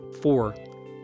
Four